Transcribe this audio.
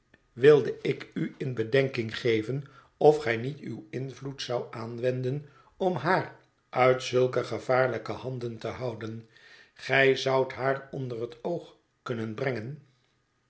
wilde ik u in bedenking geven of gij niet uw invloed zoudt aanwenden om haar uit zulke gevaarlijke handen te houden gij zoudt haar onder het oog kunnen brengen